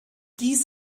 dies